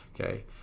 okay